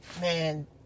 man